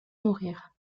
nourrir